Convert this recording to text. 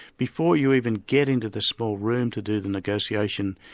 before you even get into the small room to do the negotiation,